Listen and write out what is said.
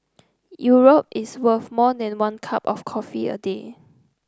Europe is worth more than one cup of coffee a day